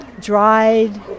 dried